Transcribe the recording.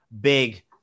big